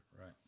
Right